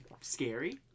scary